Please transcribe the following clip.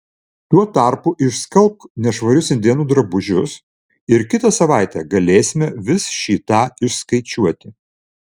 tuo tarpu išskalbk nešvarius indėnų drabužius ir kitą savaitę galėsime vis šį tą išskaičiuoti